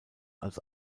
als